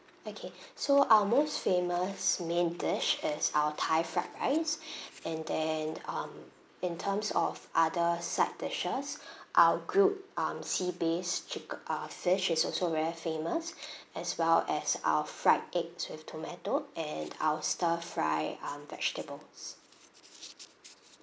okay so our most famous main dish is our thai fried rice and then um in terms of other side dishes our grilled um sea bass chicke~ uh fish is also very famous as well as our fried eggs with tomato and our stir fry um vegetables